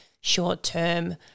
short-term